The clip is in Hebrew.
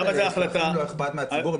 למרצים לא אכפת מהציבור?